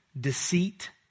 deceit